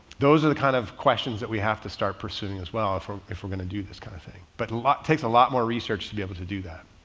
those are the kinds of questions that we have to start pursuing as well if we're, if we're going to do this kind of thing. but it takes a lot more research to be able to do that.